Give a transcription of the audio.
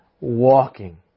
walking